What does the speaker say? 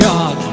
God